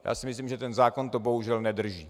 Já si myslím, že ten zákon to bohužel nedrží.